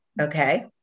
Okay